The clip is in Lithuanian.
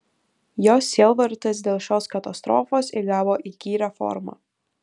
jos sielvartas dėl šios katastrofos įgavo įkyrią formą